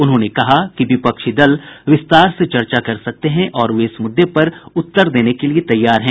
उन्होंने कहा कि विपक्षी दल विस्तार से चर्चा कर सकते हैं और वे इस मुद्दे पर उत्तर देने के लिए तैयार हैं